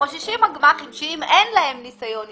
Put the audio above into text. חוששים הגמ"חים שאם אין להם ניסיון עסקי,